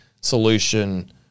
solution